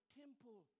temple